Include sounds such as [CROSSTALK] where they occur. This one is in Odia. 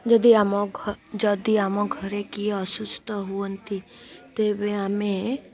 ଯଦି ଆମ [UNINTELLIGIBLE] ଯଦି ଆମ ଘରେ କିଏ ଅସୁସ୍ଥ ହୁଅନ୍ତି ତେବେ ଆମେ